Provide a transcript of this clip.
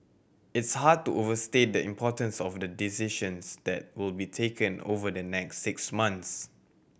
it's hard to overstate the importance of the decisions that will be taken over the next six months